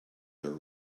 their